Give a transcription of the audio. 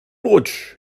rutsch